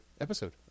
episode